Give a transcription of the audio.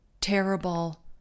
terrible